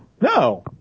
no